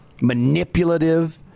manipulative